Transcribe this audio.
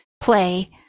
play